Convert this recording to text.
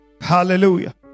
Hallelujah